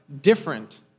different